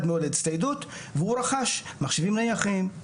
מאוד להצטיידות והוא רכש מחשבים נייחים,